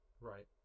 right